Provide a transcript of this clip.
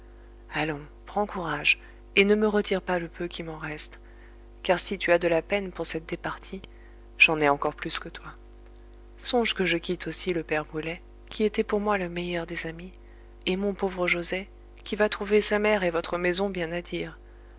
allons prends courage et ne me retire pas le peu qui m'en reste car si tu as de la peine pour cette départie j'en ai encore plus que toi songe que je quitte aussi le père brulet qui était pour moi le meilleur des amis et mon pauvre joset qui va trouver sa mère et votre maison bien à dire